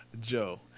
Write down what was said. Joe